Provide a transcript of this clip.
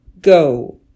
Go